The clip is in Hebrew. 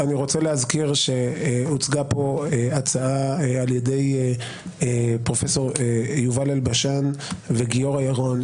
אני רוצה להזכיר שהוצגה כאן הצעה על ידי פרופ' יובל אלבשן וגיורא ירון,